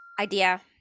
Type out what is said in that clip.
idea